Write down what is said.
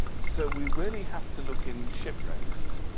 so we really have to look in shipwrecks.